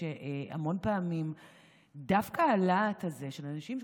המון פעמים דווקא הלהט הזה של האנשים,